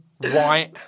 white